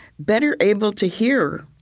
better able to hear.